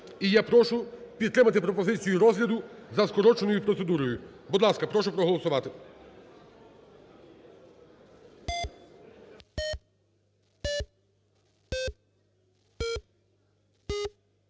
І я прошу підтримати пропозицію розгляду за скороченою процедурою. Будь ласка, прошу проголосувати.